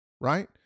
right